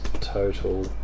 total